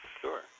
Sure